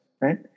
right